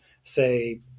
say